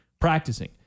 practicing